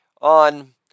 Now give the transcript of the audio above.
on